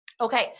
Okay